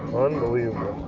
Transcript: unbelievable.